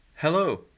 Hello